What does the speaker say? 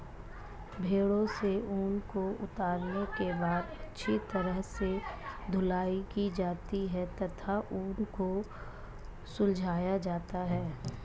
भेड़ों से ऊन को उतारने के बाद अच्छी तरह से धुलाई की जाती है तथा ऊन को सुलझाया जाता है